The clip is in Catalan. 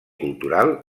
cultural